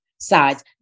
sides